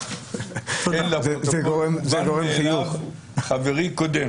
מובן מאליו שחברי קודם.